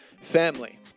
family